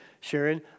Sharon